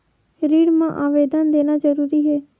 ऋण मा आवेदन देना जरूरी हे?